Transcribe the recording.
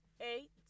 eight